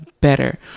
better